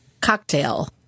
cocktail